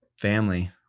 family